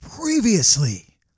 Previously